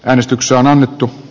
äänestykseen o